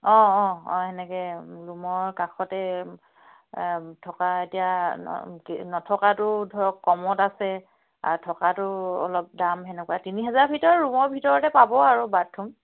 অঁ অঁ অঁ সেনেকৈ ৰূমৰ কাষতে থকা এতিয়া নথকাটো ধৰক কমত আছে আৰু থকাটো অলপ দাম সেনেকুৱা তিনি হাজাৰ ভিতৰত ৰূমৰ ভিতৰতে পাব আৰু বাথৰূম